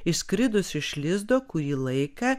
išskridus iš lizdo kurį laiką